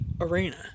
arena